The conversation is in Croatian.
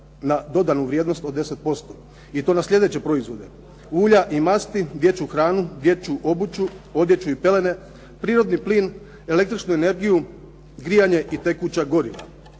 na dodanu vrijednost od 10% i to na sljedeće proizvode: ulja i masti, dječju hranu, dječju obuću, odjeću i pelene, prirodni plin, električnu energiju, grijanje i tekuća goriva.